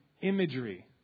imagery